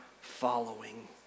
following